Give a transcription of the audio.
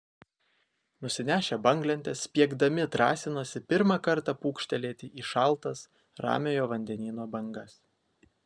nusinešę banglentes spiegdami drąsinosi pirmą kartą pūkštelėti į šaltas ramiojo vandenyno bangas